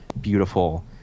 beautiful